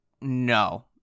No